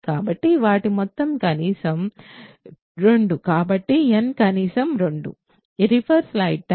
కాబట్టి వాటి మొత్తం కనీసం 2 కాబట్టి n కనీసం 2